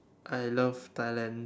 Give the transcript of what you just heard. I love Thailand